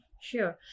Sure